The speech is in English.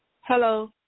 Hello